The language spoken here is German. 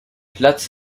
platz